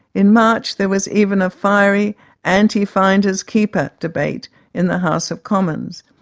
in march there was even a fiery anti-finders-keepers debate in the house of commons.